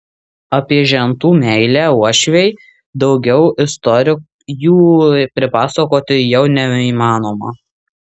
apie žentų meilę uošvei daugiau istorijų pripasakoti jau neįmanoma